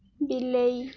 ବିଲେଇ